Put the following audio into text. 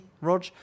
Rog